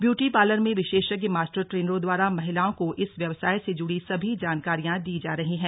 beauty parlour में विशेषज्ञ master ट्रेनरों द्वारा महिलाओं को इस व्यवसाय से जुड़ी सभी जानकारियां दी जा रही है